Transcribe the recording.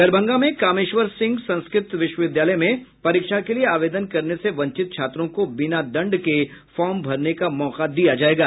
दरभंगा में कामेश्वर सिंह संस्कृत विश्वविद्यालय में परीक्षा के लिये आवेदन करने से वंचित छात्रों को बिना दंड के फार्म भरने का मौका दिया जायेगा